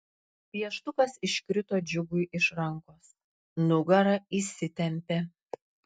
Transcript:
pieštukas iškrito džiugui iš rankos nugara įsitempė